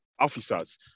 officers